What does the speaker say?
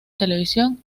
televisión